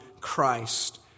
Christ